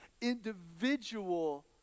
individual